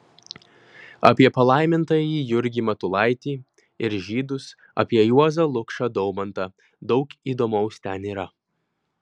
apie palaimintąjį jurgį matulaitį ir žydus apie juozą lukšą daumantą daug įdomaus ten yra